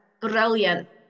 brilliant